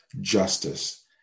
justice